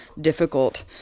difficult